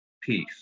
peace